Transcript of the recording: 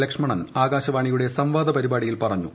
ലക്ഷ്മണൻ ആകാശവാണിയുടെ സംവാദ പരിപാടിയിൽ പറഞ്ഞു